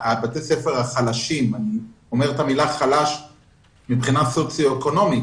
החלשים אני אומר את המילה חלש מבחינה סוציו-אקונומי,